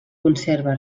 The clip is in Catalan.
conserva